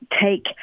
take